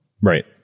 Right